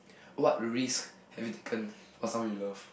what risk have you taken for someone you love